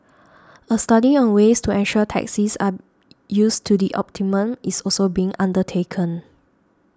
a study on ways to ensure taxis are used to the optimum is also being undertaken